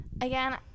Again